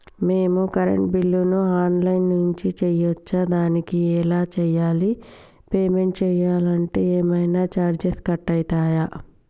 మేము కరెంటు బిల్లును online నుంచి చేయచ్చా? దానికి ఎలా చేయాలి? పేమెంట్ చేయాలంటే ఏమైనా చార్జెస్ కట్ అయితయా?